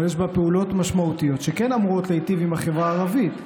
אבל יש בה פעולות משמעותיות שייטיבו עם החברה הערבית.